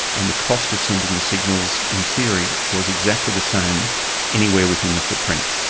and the cost of sending the signals in theory was exactly the same anywhere within the footprint.